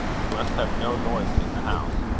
we must have no noise in the house.